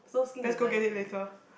let's go get it later